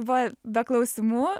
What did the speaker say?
buvo be klausimų